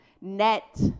net